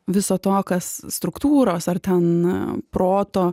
viso to kas struktūros ar ten proto